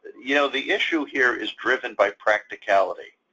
you know the issue here is driven by practicality,